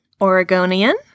Oregonian